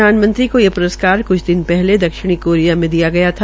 प्रधानमंत्री को ये प्रस्कार क्छ दिनों पहले दक्षिणी कोरिया में दिया गया था